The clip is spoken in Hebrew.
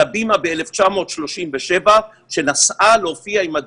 הבימה ב-1937 שנסעה להופיע עם 'הדיבוק'